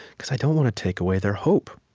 because i don't want to take away their hope.